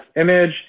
image